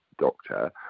doctor